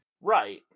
Right